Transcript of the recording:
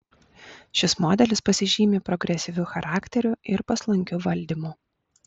šis modelis pasižymi progresyviu charakteriu ir paslankiu valdymu